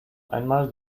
einmal